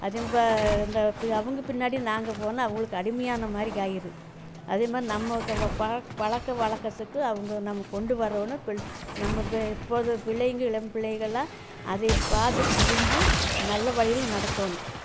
அதையும் இப்போ அவங்க பின்னடி நாங்கள் போகணும் அவங்களுக்கு அடிமையான மாதிரிக்கி ஆகிரும் அதே மாதிரி நம்ம இருக்கிற ப பழக்க வழக்கத்துக்கு அவங்கள நம்ம கொண்டு வரணும் நம்ம இப்போ பிள்ளைங்களுக்கு பிள்ளைகளாம் அதை பார்த்து புரிந்து நல்ல வழியில் நடக்கணும்